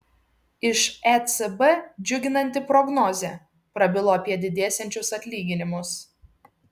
iš ecb džiuginanti prognozė prabilo apie didėsiančius atlyginimus